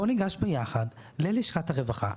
בואו ניגש ביחד ללשכת הרווחה,